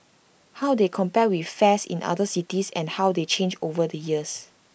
how they compare with fares in other cities and how they change over the years